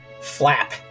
Flap